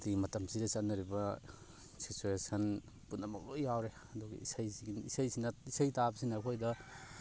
ꯑꯗꯒꯤ ꯃꯇꯝꯁꯤꯗ ꯆꯠꯅꯔꯤꯕ ꯁꯤꯇ꯭ꯌꯨꯋꯦꯁꯟ ꯄꯨꯝꯅꯃꯛ ꯂꯣꯏ ꯌꯥꯎꯔꯦ ꯑꯗꯨꯒꯤ ꯏꯁꯩꯁꯤ ꯏꯁꯩꯁꯤꯅ ꯏꯁꯩ ꯇꯥꯕꯁꯤꯅ ꯑꯩꯈꯣꯏꯗ